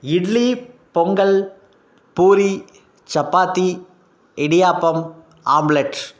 idli pongal puri chapati idiyappam omelette